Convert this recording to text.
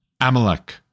Amalek